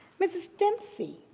mrs. dempsey.